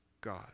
God